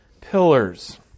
pillars